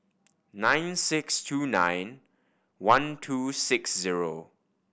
nine six two nine one two six zero